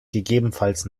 gegebenenfalls